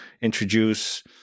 introduce